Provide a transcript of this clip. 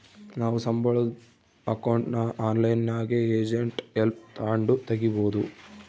ನಾವು ಸಂಬುಳುದ್ ಅಕೌಂಟ್ನ ಆನ್ಲೈನ್ನಾಗೆ ಏಜೆಂಟ್ ಹೆಲ್ಪ್ ತಾಂಡು ತಗೀಬೋದು